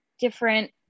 different